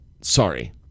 Sorry